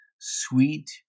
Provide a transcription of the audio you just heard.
sweet